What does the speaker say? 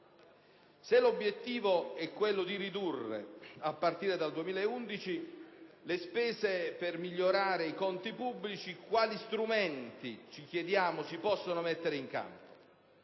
Se l'obiettivo è quello di ridurre, a partire dal 2011, le spese per migliorare i conti pubblici, ci chiediamo quali strumenti si possono mettere in campo,